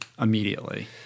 immediately